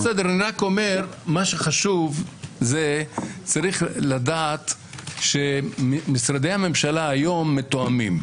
מה שחשוב לדעת שמשרדי הממשלה היום מתואמים.